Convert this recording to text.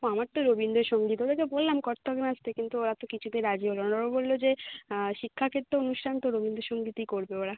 আমার তো রবীন্দ্রসঙ্গীত ওদেরকে বললাম কত্থক নাচতে কিন্তু ওরা তো কিছুতে রাজি হলো না ওরা বললো যে শিক্ষা ক্ষেত্রে অনুষ্ঠান তো রবীন্দ্রসঙ্গীতই করবে ওরা